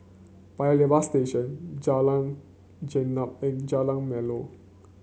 Paya Lebar Station Jalan Gelam and Jalan Melor